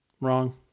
Wrong